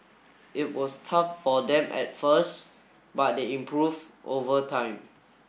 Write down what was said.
it was tough for them at first but they improved over time